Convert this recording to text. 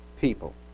people